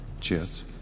Cheers